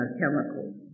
chemicals